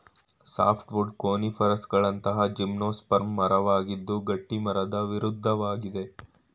softwood ಕೋನಿಫರ್ಗಳಂತಹ gymnosperm ಮರವಾಗಿದ್ದು ಗಟ್ಟಿಮರದ ವಿರುದ್ಧವಾಗಿದೆ